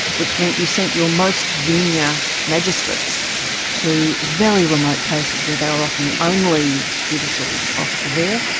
which meant you sent your most junior magistrates to very remote places where they were often the only judicial officer there,